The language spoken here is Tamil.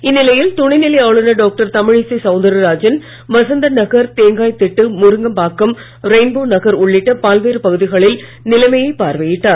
இந்நிலையில் துணைநிலை ஆளுநர் டாக்டர் சவுந்தாராஜன் வசந்தன் நகர் தேங்காய்த்திட்டு முருங்கப்பாக்கம் ரயின்போ நகர் உள்ளிட்ட பல்வேறு பகுதிகளில் நிலைமையை பார்வையிட்டார்